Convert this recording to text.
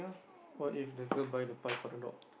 what if the girl buy the pie for the dog